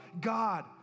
God